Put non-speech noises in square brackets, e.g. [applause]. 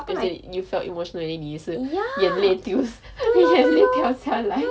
is it you felt emotionally 你也是眼泪 till 眼泪掉下来 [laughs]